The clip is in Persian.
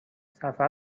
سفر